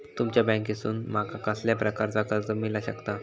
तुमच्या बँकेसून माका कसल्या प्रकारचा कर्ज मिला शकता?